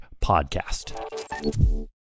podcast